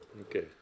Okay